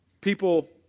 People